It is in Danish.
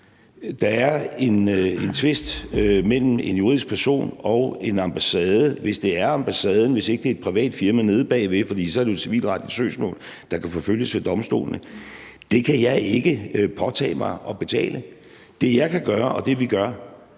Der er en tvist mellem en juridisk person og en ambassade, hvis det er ambassaden, og hvis ikke det er et privat firma nede bagved, for så er det jo et civilretligt søgsmål, der kan forfølges ved domstolene. Der kan jeg ikke påtage mig at betale. Det, jeg kan gøre, og det, vi gør,